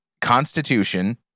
Constitution